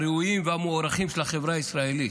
הראויים והמוערכים של החברה הישראלית.